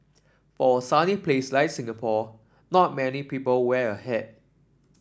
for a sunny place like Singapore not many people wear a hat